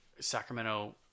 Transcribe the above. Sacramento